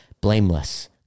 blameless